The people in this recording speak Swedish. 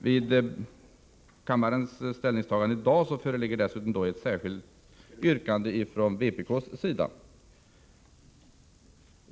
Vid kammarens ställningstagande i dag föreligger dessutom ett särskilt yrkande från vpk:s sida.